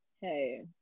hey